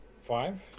Five